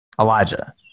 Elijah